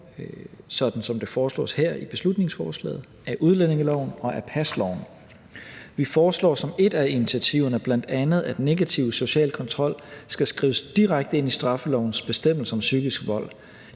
sådan som det foreslås her i beslutningsforslaget, af udlændingeloven og af pasloven. Vi foreslår som et af initiativerne bl.a., at negativ social kontrol skal skrives direkte ind i straffelovens bestemmelser om psykisk vold.